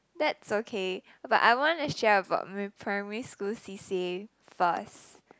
that's okay but I wanna share about my primary school c_c_a first